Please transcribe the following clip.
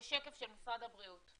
זה שקף של משרד הבריאות.